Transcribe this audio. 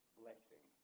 blessing